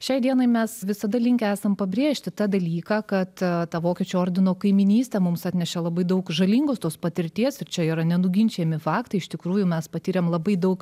šiai dienai mes visada linkę esam pabrėžti tą dalyką kad ta vokiečių ordino kaimynystė mums atnešė labai daug žalingos tos patirties ir čia yra nenuginčijami faktai iš tikrųjų mes patyrėm labai daug